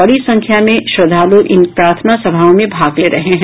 बड़ी संख्या में श्रद्धालु इन प्रार्थना सभाओं में भाग ले रहे हैं